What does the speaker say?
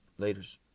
Laters